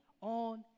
on